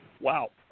wow